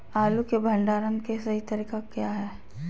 आलू के भंडारण के सही तरीका क्या है?